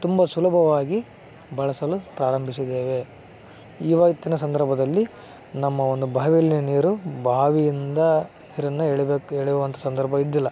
ತುಂಬ ಸುಲಭವಾಗಿ ಬಳಸಲು ಪ್ರಾರಂಬಿಸಿದ್ದೇವೆ ಇವತ್ತಿನ ಸಂದರ್ಭದಲ್ಲಿ ನಮ್ಮ ಒಂದು ಬಾವಿಯಲ್ಲಿ ನೀರು ಬಾವಿಯಿಂದ ನೀರನ್ನು ಎಳಿಬೇಕು ಎಳಿಯುವಂಥ ಸಂದರ್ಭ ಇದ್ದಿಲ್ಲ